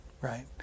right